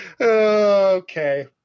Okay